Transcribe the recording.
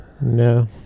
No